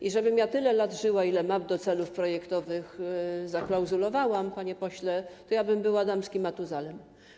I żebym ja tyle lat żyła, ile map do celów projektowych zaklauzulowałam, panie pośle, to ja bym była damskim Matuzalem.